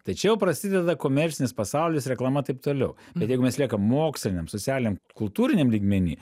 tai čia jau prasideda komercinis pasaulis reklama taip toliau bet jeigu mes liekam moksliniam socialiniam kultūriniam lygmeny